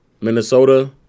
Minnesota